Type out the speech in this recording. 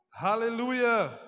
Hallelujah